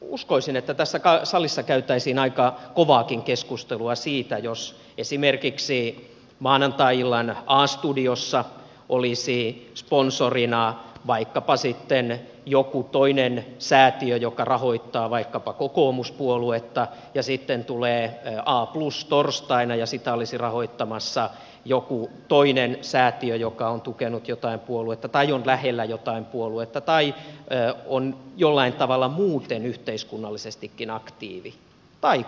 uskoisin että tässä salissa käytäisiin aika kovaakin keskustelua siitä jos esimerkiksi maanantai illan a studiossa olisi sponsorina vaikkapa joku säätiö joka rahoittaa vaikkapa kokoomuspuoluetta ja sitten tulee a plus torstaina ja sitä olisi rahoittamassa joku toinen säätiö joka on tukenut jotain puoluetta tai on lähellä jotain puoluetta tai on jollain tavalla muuten yhteiskunnallisestikin aktiivinen tai